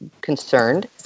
concerned